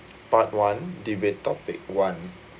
part one debate topic one